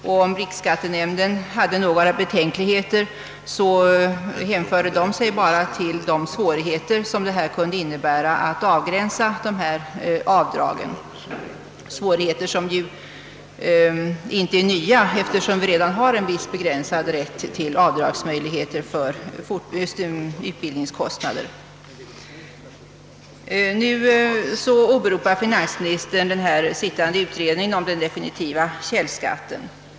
Och om riksskattenämnden hade några betänkligheter, så hänförde de sig bara till de svårigheter som det kunde innebära att avgränsa dessa avdrag — svårigheter som ju inte är nya, eftersom vi redan har en viss begränsad rätt till avdrag för utbildningskostnader. Nu åberopar finansministern den sittande utredningen om en definitiv källskatt.